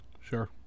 Sure